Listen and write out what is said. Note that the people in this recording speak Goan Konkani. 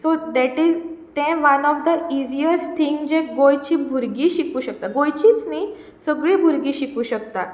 so that is one of the easiest thing जे गोंयची भुरगीं शिकू शकतात गोंयचीच न्ही सगलीं भुरगीं शिकू शकता